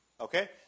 Okay